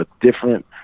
different